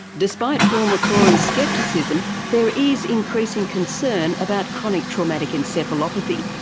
despite paul mccrory's scepticism, there is increasing concern about chronic traumatic encephalopathy,